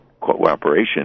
cooperation